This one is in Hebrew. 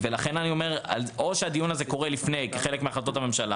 לכן אני אומר: או שהדיון הזה קורה לפני כחלק מהחלטות הממשלה